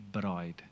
bride